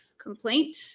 Complaint